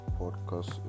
podcast